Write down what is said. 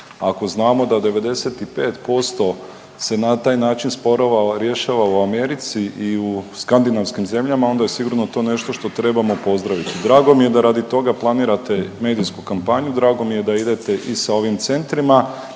Ako znamo da 95% se na taj način sporova rješava u Americi i u skandinavskim zemljama, onda je sigurno to nešto što trebamo pozdraviti. Drago mi je da radi toga planirate medijsku kampanju, drago mi je da idete i sa ovim centrima